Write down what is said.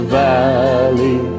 valley